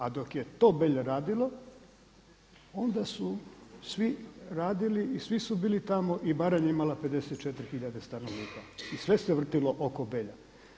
A dok je to Belje radilo, onda su svi radili i svi su bili tamo i Baranja je imala 54.000 stanovnika i sve se vrtilo oko Belja.